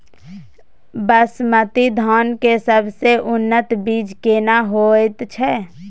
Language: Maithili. बासमती धान के सबसे उन्नत बीज केना होयत छै?